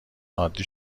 عادی